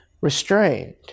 restrained